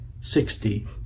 sixty